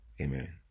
Amen